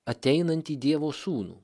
ateinantį dievo sūnų